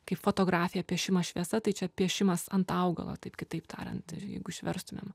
kaip fotografija piešimas šviesa tai čia piešimas ant augalo taip kitaip tariant jeigu išverstumėm